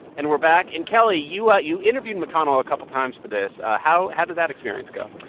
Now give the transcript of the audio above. and we're back. and kelly, you ah you interviewed mcconnell a couple times for this. ah how how did that experience go?